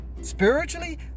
spiritually